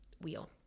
wheel